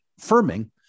firming